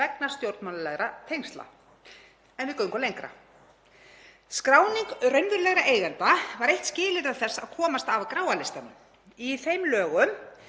vegna stjórnmálalegra tengsla, en við göngum lengra. Skráning raunverulegra eigenda var eitt skilyrði þess að komast af gráa listanum. Í þeim lögum